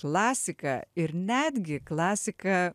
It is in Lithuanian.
klasika ir netgi klasika